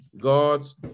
God's